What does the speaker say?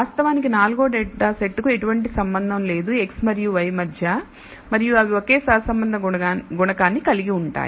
వాస్తవానికి నాల్గవ డేటా సెట్కు ఎటువంటి సంబంధం లేదు x మరియు y మధ్య మరియు అవి ఒకే సహసంబంధ గుణకాన్నికలిగివుంటాయి